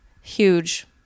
huge